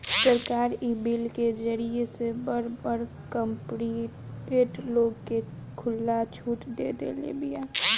सरकार इ बिल के जरिए से बड़ बड़ कार्पोरेट लोग के खुला छुट देदेले बिया